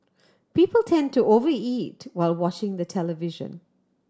people tend to over eat while watching the television